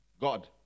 god